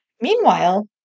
Meanwhile